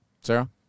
Sarah